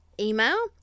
Email